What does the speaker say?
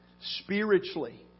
spiritually